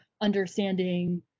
understanding